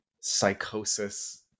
psychosis